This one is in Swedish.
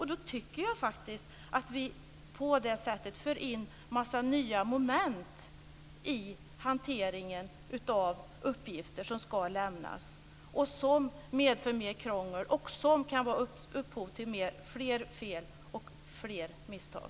Jag tycker faktiskt att vi på det sättet för in en massa nya moment i hanteringen av uppgifter som ska lämnas, som medför mer krångel och som kan vara upphov till fler fel och fler misstag.